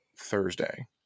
Thursday